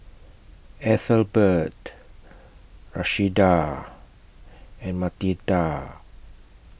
Ethelbert Rashida and Marnita